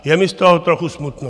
Je mi z toho trochu smutno.